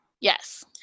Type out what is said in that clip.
Yes